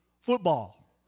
football